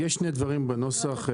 יש שני דברים בנוסח.